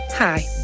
Hi